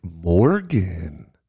Morgan